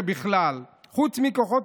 לחוק-יסוד: